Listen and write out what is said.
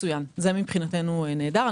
מצוין, מבחינתנו זה נהדר.